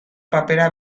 papera